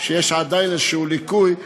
שיש עדיין איזשהו ליקוי,